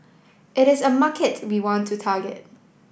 it is a market we want to target